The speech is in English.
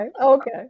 okay